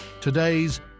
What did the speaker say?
Today's